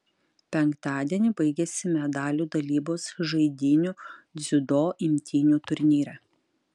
penktadienį baigėsi medalių dalybos žaidynių dziudo imtynių turnyre